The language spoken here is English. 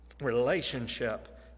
relationship